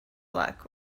luck